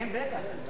כן, בטח.